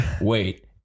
wait